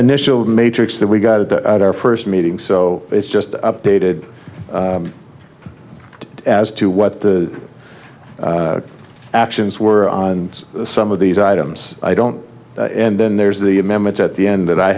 initial matrix that we got to our first meeting so it's just updated as to what the actions were and some of these items i don't and then there's the amendments at the end that i